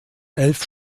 elf